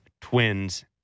twins